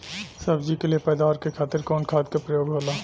सब्जी के लिए पैदावार के खातिर कवन खाद के प्रयोग होला?